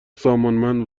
سامانمند